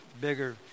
bigger